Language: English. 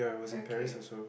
okay